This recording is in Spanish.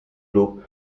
club